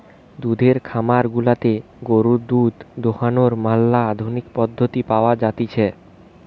দুধের খামার গুলাতে গরুর দুধ দোহানোর ম্যালা আধুনিক পদ্ধতি পাওয়া জাতিছে